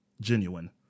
genuine